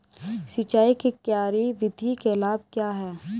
सिंचाई की क्यारी विधि के लाभ क्या हैं?